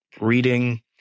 reading